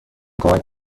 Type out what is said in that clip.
کمک